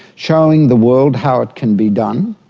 showing the world how it can be done.